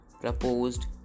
proposed